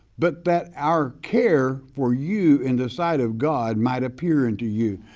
but that our care for you in the sight of god might appear unto you.